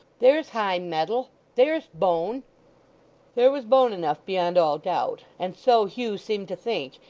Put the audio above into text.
there's high mettle! there's bone there was bone enough beyond all doubt and so hugh seemed to think,